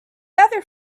other